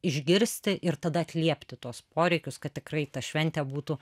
išgirsti ir tada atliepti tuos poreikius kad tikrai ta šventė būtų